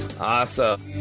Awesome